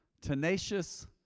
tenacious